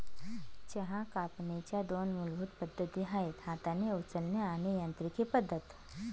चहा कापणीच्या दोन मूलभूत पद्धती आहेत हाताने उचलणे आणि यांत्रिकी पद्धत